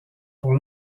pour